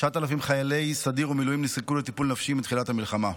9,000 חיילי סדיר ומילואים נזקקו לטיפול נפשי מתחילת המלחמה.